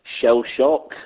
shell-shock